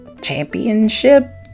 championship